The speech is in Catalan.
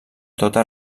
tota